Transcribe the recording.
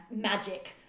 magic